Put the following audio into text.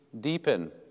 deepen